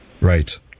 Right